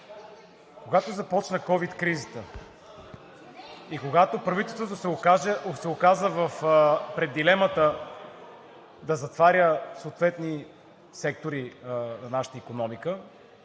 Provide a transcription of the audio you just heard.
Когато започна ковид кризата и когато правителството се оказа пред дилемата да затваря съответни сектори на нашата икономика